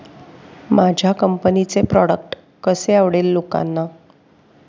माझ्या कंपनीचे प्रॉडक्ट कसे आवडेल लोकांना?